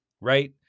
Right